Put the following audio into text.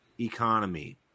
economy